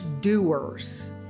doers